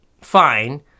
fine